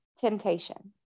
temptation